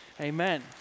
Amen